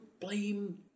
blame